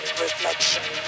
reflection